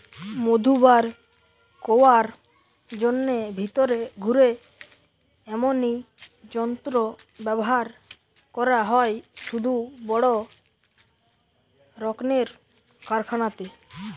মধু বার কোরার জন্যে ভিতরে ঘুরে এমনি যন্ত্র ব্যাভার করা হয় শুধু বড় রক্মের কারখানাতে